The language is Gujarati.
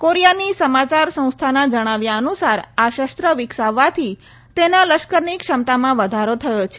કોરિયાની સમાચાર સંસ્થાના જણાવ્યા અનુસાર આ શસ્ત્ર વિકસાવવાથી તેના લશ્કરની ક્ષમતામાં વધારો થયો છે